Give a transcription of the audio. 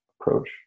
approach